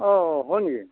অ' হয় নেকি